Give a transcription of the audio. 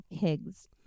pigs